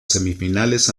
semifinales